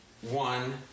one